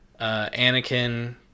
Anakin